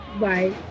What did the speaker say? Bye